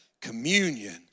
communion